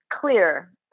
clear